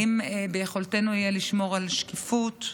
האם יהיה ביכולתנו לשמור על שקיפות?